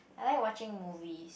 I like watching movies